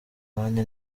nange